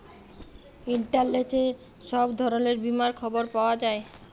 ইলটারলেটে ছব ধরলের বীমার খবর পাউয়া যায়